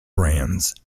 brands